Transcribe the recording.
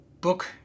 book